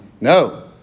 no